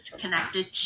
connected